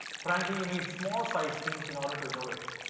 frankly, you need small size teams in order to innovate.